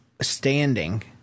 standing